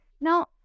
Now